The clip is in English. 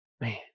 Man